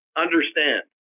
Understand